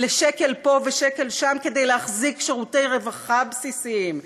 לשקל פה ושקל שם כדי להחזיק שירותי רווחה בסיסיים,